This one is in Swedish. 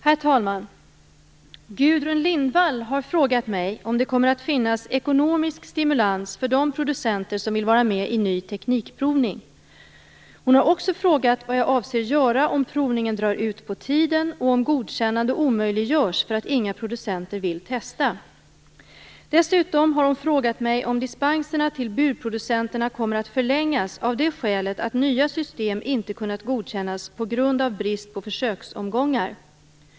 Herr talman! Gudrun Lindvall har frågat mig om det kommer att finnas ekonomisk stimulans för de producenter som vill vara med i ny teknikprovning. Hon har också frågat vad jag avser göra om provningen drar ut på tiden och om godkännande omöjliggörs för att inga producenter vill testa. Dessutom har hon frågat mig om dispenserna till burproducenterna kommer att förlängas av det skälet att nya system inte kunnat godkännas på grund av brist på försöksomgångar.